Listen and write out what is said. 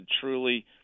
truly